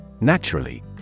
Naturally